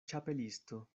ĉapelisto